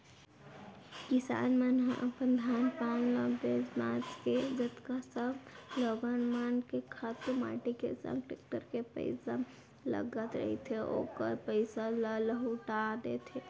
किसान मन ह अपन धान पान ल बेंच भांज के जतका सब लोगन मन के खातू माटी के संग टेक्टर के पइसा लगत रहिथे ओखर पइसा ल लहूटा देथे